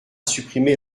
supprimer